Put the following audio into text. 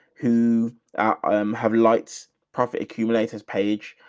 who um have liked profit acuity has page.